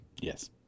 yes